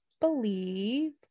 believe